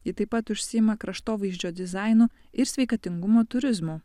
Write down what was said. ji taip pat užsiima kraštovaizdžio dizainu ir sveikatingumo turizmu